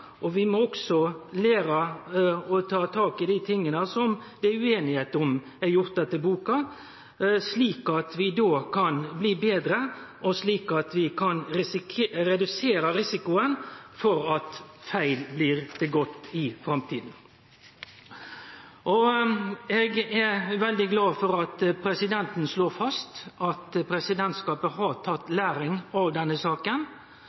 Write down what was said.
og vi må også lære av – og ta tak i – dei tinga som det er ueinigheit om er gjort etter boka, slik at vi kan bli betre, og slik at vi kan redusere risikoen for at feil blir gjort i framtida. Eg er veldig glad for at presidenten slår fast at presidentskapet har tatt lærdom av denne saka.